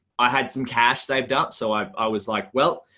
i had some cash saved up. so i was like, well,